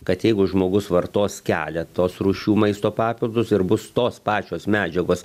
kad jeigu žmogus vartos keletos rūšių maisto papildus ir bus tos pačios medžiagos